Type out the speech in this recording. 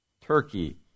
Turkey